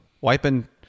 wiping